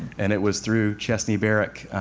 and it was through chessney barrick,